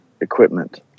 equipment